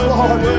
Lord